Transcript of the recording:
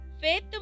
Faith